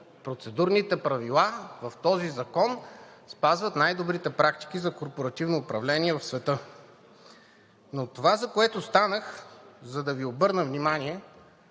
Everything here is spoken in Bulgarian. процедурните правила в този закон спазват най-добрите практики за корпоративно управление в света. Но това, за което станах, е, за да Ви обърна внимание,